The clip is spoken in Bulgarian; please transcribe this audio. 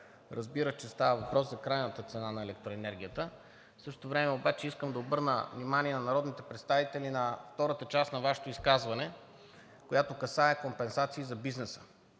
разбира, че става въпрос за крайната цена на електроенергията. В същото време обаче искам да обърна внимание на народните представители на втората част на Вашето изказване, която касае компенсации за бизнеса.